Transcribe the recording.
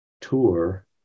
tour